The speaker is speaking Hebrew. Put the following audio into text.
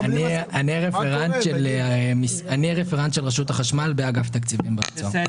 אני רפרנט של רשות החשמל באגף תקציבים באוצר.